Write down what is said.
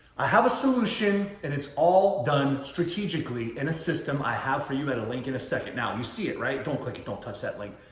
i have a solution. and it's all done strategically in a system i have for you and i'll link in a second. now, you see it, right? don't click it. don't touch that link.